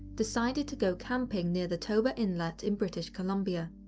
decided to go camping near the toba inlet in british columbia.